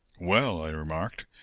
well, i remarked,